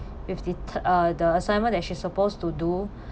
with the uh the assignment that she's supposed to do